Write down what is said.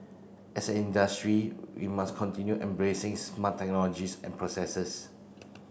as an industry we must continue embracing smart technologies and processes